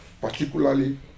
particularly